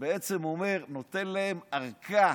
שלמעשה נותן להם ארכה,